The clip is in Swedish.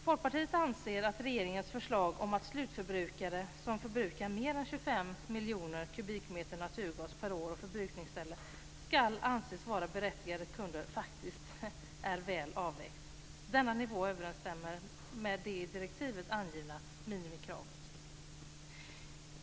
Folkpartiet anser att regeringens förslag om att slutförbrukare som förbrukar mer än 25 miljoner kubikmeter naturgas per år och förbrukningsställe ska anses vara berättigade kunder faktiskt är väl avvägt. Denna nivå överensstämmer med det i direktivet angivna minimikravet.